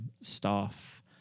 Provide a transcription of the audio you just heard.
staff